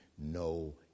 No